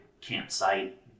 campsite